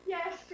Yes